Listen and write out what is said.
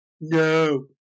No